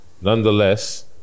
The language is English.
nonetheless